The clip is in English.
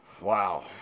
Wow